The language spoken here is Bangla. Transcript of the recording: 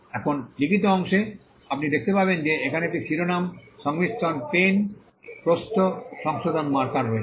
এখন লিখিত অংশে আপনি দেখতে পাবেন যে এখানে একটি শিরোনাম সংমিশ্রণ পেন প্রস্থ সংশোধন মার্কার রয়েছে